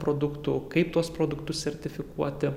produktų kaip tuos produktus sertifikuoti